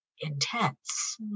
intense